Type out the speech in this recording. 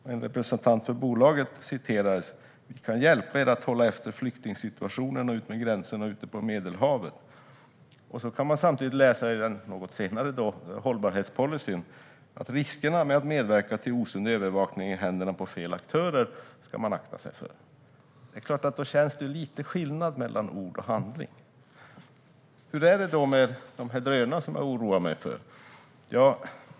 En representant för bolaget sa att ett sådant system kan hjälpa dem att hålla efter flyktingsituationen utmed gränserna och ute på Medelhavet. Något senare kunde man läsa i hållbarhetspolicyn att man ska akta sig för riskerna med att medverka till osund övervakning i händerna på fel aktörer. Då är det lite skillnad mellan ord och handling. Hur är det med drönarna, som jag oroar mig för?